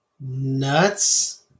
nuts